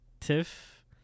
Tiff